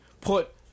put